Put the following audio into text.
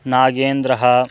नागेन्द्रः